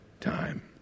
time